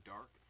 Dark